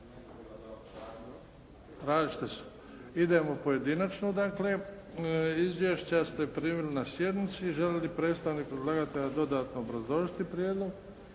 Različite su. Idemo pojedinačno dakle. Izvješća ste primili na sjednici. Želi li predstavnik predlagatelja dodatno obrazložiti prijedlog?